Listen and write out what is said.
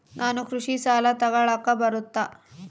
ನಾನು ಕೃಷಿ ಸಾಲ ತಗಳಕ ಬರುತ್ತಾ?